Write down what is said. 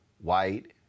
white